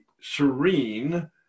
serene